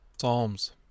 Psalms